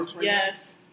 Yes